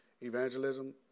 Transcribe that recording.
evangelism